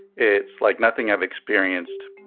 it's like nothing i've experienced,